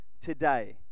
today